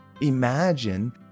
Imagine